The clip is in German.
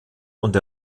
und